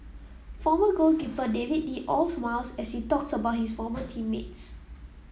former goalkeeper David Lee all smiles as he talks about his former team mates